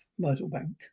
Myrtlebank